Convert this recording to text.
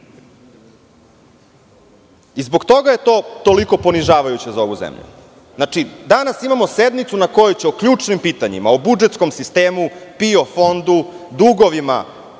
Zbog toga je to toliko ponižavajuće za ovu zemlju. Danas imamo sednicu na kojoj će o ključnim pitanjima, o budžetskom sistemu, PIO Fondu, dugovima,